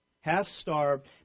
half-starved